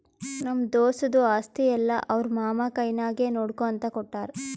ನಮ್ಮ ದೋಸ್ತದು ಆಸ್ತಿ ಎಲ್ಲಾ ಅವ್ರ ಮಾಮಾ ಕೈನಾಗೆ ನೋಡ್ಕೋ ಅಂತ ಕೊಟ್ಟಾರ್